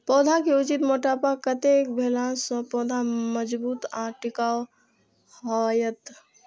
पौधा के उचित मोटापा कतेक भेला सौं पौधा मजबूत आर टिकाऊ हाएत?